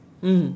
mm